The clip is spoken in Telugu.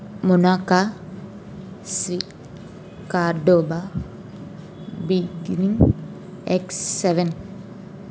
మొనాకో స్వి కార్డోబా బిగ్నింగ్ ఎక్స్ సెవెన్